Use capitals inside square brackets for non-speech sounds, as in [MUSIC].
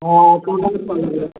हा चोॾहां साल [UNINTELLIGIBLE]